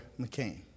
McCain